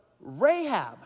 Rahab